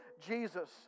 Jesus